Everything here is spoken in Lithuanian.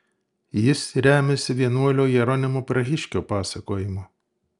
jis remiasi vienuolio jeronimo prahiškio pasakojimu